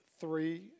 three